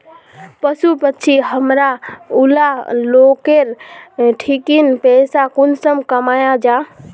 पशु पक्षी हमरा ऊला लोकेर ठिकिन पैसा कुंसम कमाया जा?